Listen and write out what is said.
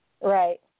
Right